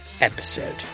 episode